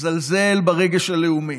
לזלזל ברגש הלאומי,